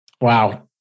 Wow